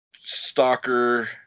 Stalker